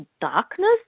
darkness